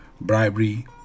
bribery